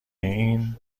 این